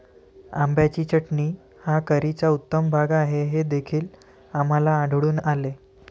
आंब्याची चटणी हा करीचा उत्तम भाग आहे हे देखील आम्हाला आढळून आले